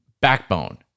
backbone